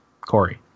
Corey